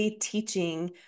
teaching